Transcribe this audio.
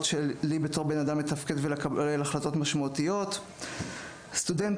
שלי בתור בן אדם מתפקד ולקבל החלטות משמעותיות"; סטודנט